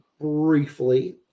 briefly